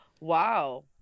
Wow